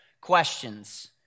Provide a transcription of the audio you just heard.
questions